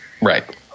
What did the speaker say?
right